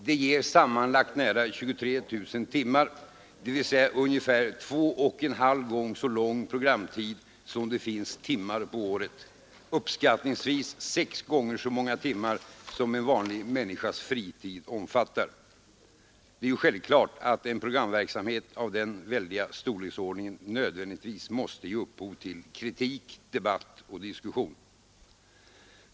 Det ger sammanlagt nära 23 000 timmar — dvs. ungefär två och en halv gång så lång programtid som det finns timmar på året och uppskattningsvis sex gånger så många timmar som en vanlig människas fritid omfattar. Det är självklart att en programverksamhet av denna väldiga storleksordning nödvändigtvis måste ge upphov till kritik, debatt och diskussion.